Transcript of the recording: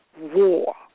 war